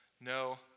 no